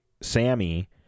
Sammy